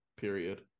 period